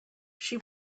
she